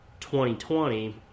2020